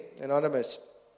anonymous